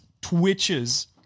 twitches